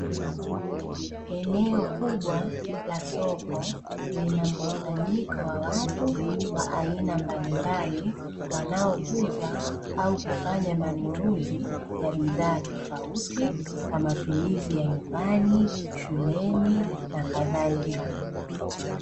Eneo kubwa la soko linamkusanyiko wa watu wa aina mbalimbali, wanaouza au kufanya manunuzi ya bidhaa tofauti kwa matumizi ya nyumbani, shuleni na kadhalika.